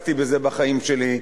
עסקתי בזה בחיים שלי,